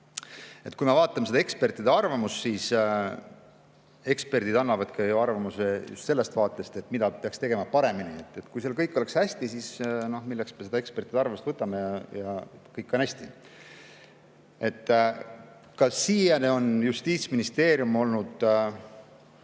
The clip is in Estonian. Kui me vaatame seda ekspertide arvamust, siis eksperdid annavadki ju arvamuse just sellest vaatest, mida peaks tegema paremini. Kui seal kõik oleks hästi, siis milleks me seda ekspertide arvamust üldse paluksime? Ka siiani on Justiitsministeerium olnud,